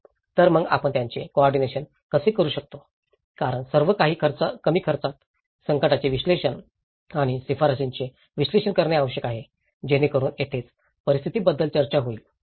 तर मग आपण त्याचे कोऑर्डिनेशन कसे करू शकतो कारण सर्व काही कमी खर्चात संकटाचे विश्लेषण आणि शिफारसींचे विश्लेषण करणे आवश्यक आहे जेणेकरून तेथेच परिस्थितीबद्दल चर्चा होईल